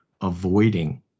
avoiding